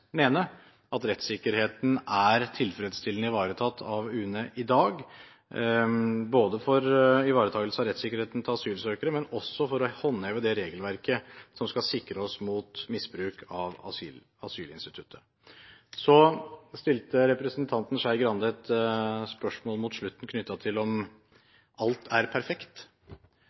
at rettssikkerheten er tilfredsstillende ivaretatt av UNE i dag, både ivaretakelsen av rettssikkerheten til asylsøkere og det å håndheve det regelverket som skal sikre oss mot misbruk av asylinstituttet. Så stilte representanten Skei Grande et spørsmål mot slutten knyttet til om alt er perfekt.